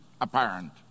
apparent